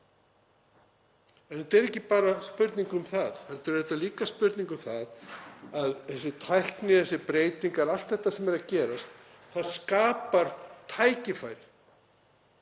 En þetta er ekki bara spurning um það heldur er þetta líka spurning um að þessi tækni, þessar breytingar, allt þetta sem er að gerast, það skapar tækifæri